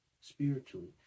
spiritually